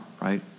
right